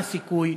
מה הסיכוי